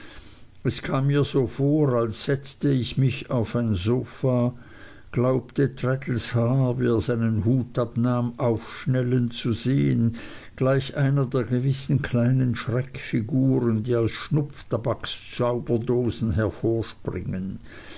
es kam mir so vor als setzte ich mich auf ein sofa glaubte traddles haar wie er seinen hut abnahm aufschnellen zu sehen gleich einer der gewissen kleinen schreckfiguren die aus schnupftabakzauberdosen hervorspringen